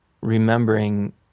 remembering